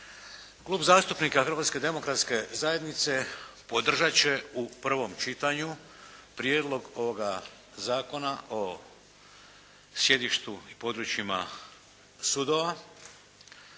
Klub zastupnica Hrvatske demokratske zajednice podržati će u prvom čitanju Prijedlog ovoga Zakona o sjedištu i područjima sudova,